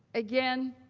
again,